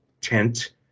tent